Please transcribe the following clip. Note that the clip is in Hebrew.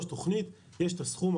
יש את הסכום,